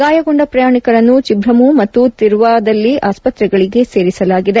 ಗಾಯಗೊಂಡ ಪ್ರಯಾಣಿಕರನ್ನು ಛಿಬ್ರಮು ಮತ್ತು ತಿರ್ವಾದಲ್ಲಿ ಆಸ್ಪತ್ತೆಗಳಿಗೆ ಸೇರಿಸಲಾಗಿದೆ